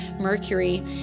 mercury